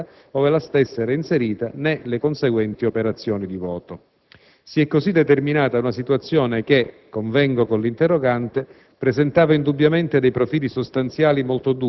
circondariale di ammissione della candidatura della lista civetta ove la stessa era inserita né le conseguenti operazioni di voto. Si è così determinata una situazione che, convengo con l'interrogante,